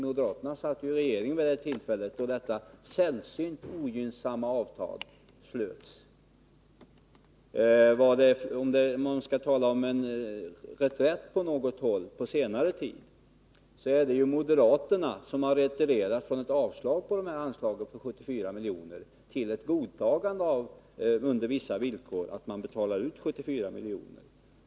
Moderaterna satt ju i regeringen vid det tillfälle då detta sällsynt ogynnsamma avtal slöts. Om man skall tala om reträtt på senare tid på något håll, så är det moderaterna som retirerat från ett avslag på dessa 74 miljoner och godtar nu att man under vissa villkor betalar ut 74 miljoner.